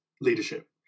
leadership